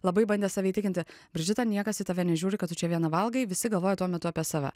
labai bandė save įtikinti bridžita niekas į tave nežiūri kad tu čia viena valgai visi galvoja tuo metu apie save